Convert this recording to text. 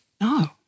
No